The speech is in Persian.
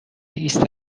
ایست